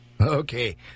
Okay